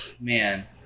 man